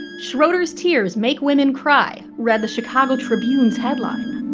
schroeder's tears make women cry, read the chicago tribune's headline